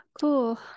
cool